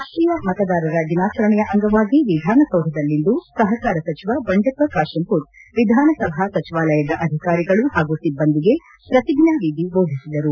ರಾಷ್ಟೀಯ ಮತದಾರರ ದಿನಾಚರಣೆಯ ಅಂಗವಾಗಿ ವಿಧಾನಸೌಧದಲ್ಲಿಂದು ಸಹಕಾರ ಸಚಿವ ಬಂಡೆಪ್ಪ ಕಾಶೆಂಪುರ್ ವಿಧಾನಸಭಾ ಸಚಿವಾಲಯದ ಅಧಿಕಾರಿಗಳು ಹಾಗೂ ಸಿಬ್ಬಂದಿಗೆ ಪ್ರತಿಜ್ಞಾವಿಧಿ ಬೋಧಿಸಿದರು